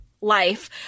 life